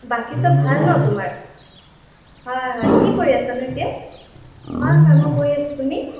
বাকী চব ভাল ন তোমাৰ হয় হয় কি কৰি আছানো এতিয়া হয় হয় মই পঢ়ি আছোঁ তুমি